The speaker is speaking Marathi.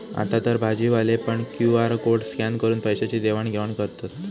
आतातर भाजीवाले पण क्यु.आर कोड स्कॅन करून पैशाची देवाण घेवाण करतत